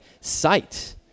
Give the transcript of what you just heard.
sight